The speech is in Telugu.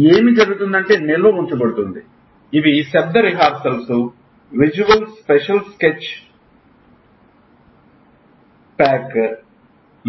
కాబట్టి ఏమి జరుగుతుందంటే నిల్వ ఉంచబడుతుంది ఇవి శబ్ద రిహార్సల్ ఇవి విజువల్ స్పెషల్ స్కెచ్ ప్యాక్